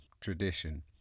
tradition